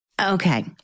Okay